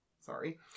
sorry